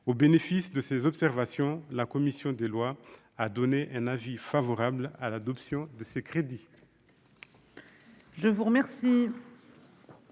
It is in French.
Au bénéfice de ces observations, la commission des lois a donné un avis favorable sur l'adoption de ces crédits.